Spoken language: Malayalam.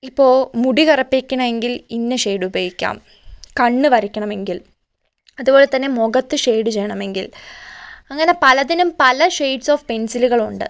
ഇപ്പൊൾ മുടി കറുപ്പിക്കണങ്കിൽ ഇന്ന ഷെയ്ഡ് ഉപയോഗിക്കാം കണ്ണ് വരക്കണമെങ്കിൽ അതുപോലെ തന്നെ മുഖത്ത് ഷെയ്ഡ് ചെയ്യണമെങ്കിൽ അങ്ങനെ പലതിനും പല ഷെയ്ഡ്സ് ഓഫ് പെൻസിലുകളുണ്ട്